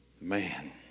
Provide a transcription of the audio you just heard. Man